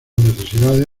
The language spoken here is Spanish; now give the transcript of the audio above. necesidades